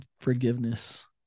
forgiveness